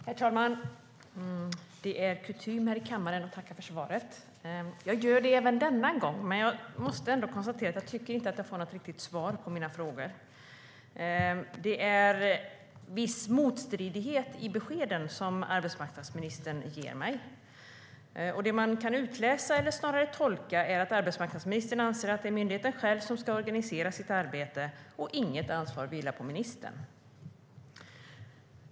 Herr talman! Det är kutym här i kammaren att tacka för svaret. Jag gör det även denna gång, men jag måste erkänna att jag inte tycker att jag får något riktigt svar på mina frågor. Det finns en viss motstridighet i de besked som arbetsmarknadsministern ger mig. Det som man kan utläsa, eller snarare tolka, är att arbetsmarknadsministern anser att det är myndigheten själv som ska organisera sitt arbete och att inget ansvar vilar på ministern.